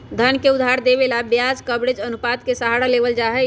धन के उधार देवे ला ब्याज कवरेज अनुपात के सहारा लेवल जाहई